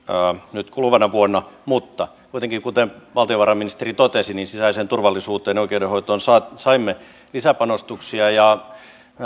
nyt kuluvana vuonna mutta kuitenkin kuten valtiovarainministeri totesi sisäiseen turvallisuuteen ja oikeudenhoitoon saimme lisäpanostuksia ja